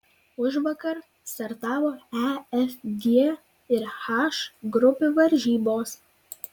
užvakar startavo e f g ir h grupių varžybos